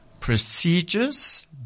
Procedures